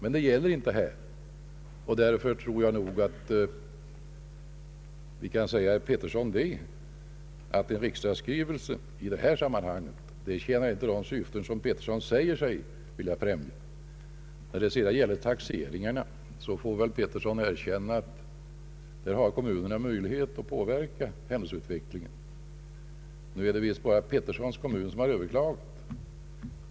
Men det gäller inte här, och därför tror jag nog att vi kan säga, herr Pettersson, att en riksdagsskrivelse i det här sammanhanget inte tjänar de syften som herr Pettersson säger sig vilja främja. Vad sedan gäller taxeringen får väl herr Pettersson erkänna att där har kommunerna möjlighet att påverka händelseutvecklingen. Nu är det visst bara herr Petterssons kommun som har överklagat.